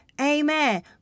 Amen